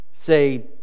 say